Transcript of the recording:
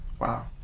Wow